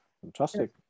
Fantastic